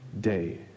day